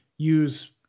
use